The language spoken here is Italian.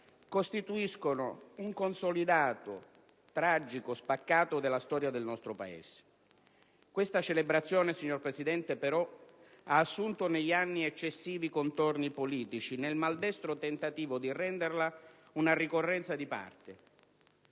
costituiscono un consolidato, tragico, spaccato della storia del nostro Paese. Questa celebrazione, signor Presidente, ha però assunto negli anni eccessivi contorni politici, nel maldestro tentativo di renderla una ricorrenza di parte.